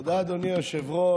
תודה, אדוני היושב-ראש.